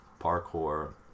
parkour